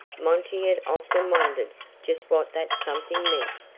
monty had often wondered just what that something meant,